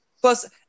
plus